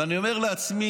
ואני אומר לעצמי,